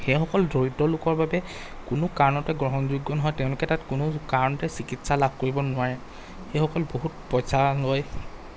সেইসকল দৰিদ্ৰ লোকৰ বাবে কোনো কাৰণতে গ্ৰহণযোগ্য নহয় তেওঁলোকে তাত কোনো কাৰণতে চিকিৎসা লাভ কৰিব নোৱাৰে সেইসকল বহুত পইচা লয়